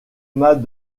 mât